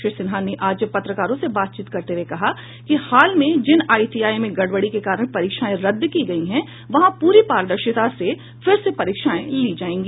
श्री सिन्हा ने आज पत्रकारों से बातचीत करते हुए कहा कि हाल में जिन आईटीआई में गड़बडी के कारण परीक्षाएं रद्द की गयी हैं वहां पूरी पारदर्शिता से फिर से परीक्षाएं ली जायेंगी